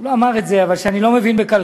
הוא לא אמר את זה אבל, שאני לא מבין בכלכלה,